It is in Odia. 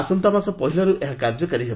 ଆସନ୍ତାମାସ ପହିଲାର୍ ଏହା କାର୍ଯ୍ୟକାରୀ ହେବ